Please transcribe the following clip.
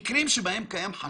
כי אם זה בטריטוריה שלי,